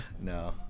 No